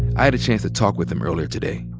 i had a chance to talk with him earlier today.